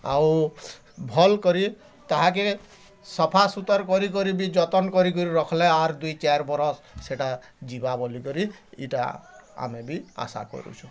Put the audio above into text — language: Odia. ଆଉ ଭଲ୍ କରି ତାହାକେ ସଫା ସୁତର କରି କରି ବି ଯତନ୍ କରିକି ରଖଲେ ଆର୍ ଦୁଇ ଚାର୍ ବରଷ ସେଟା ଯିବା ବୋଲି କରି ଇଟା ଆମେ ବି ଆଶା କରୁଁଛୁ